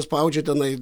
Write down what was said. spaudžia tenai